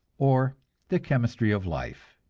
or the chemistry of life.